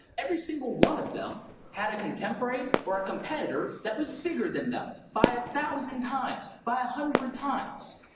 every single one of them had a contemporary or a competitor that was bigger than them by a thousand times, by a hundred times,